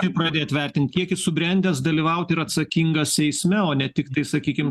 kaip pradėt vertint kiek subrendęs dalyvauti ir atsakingas eisme o ne tiktai sakykim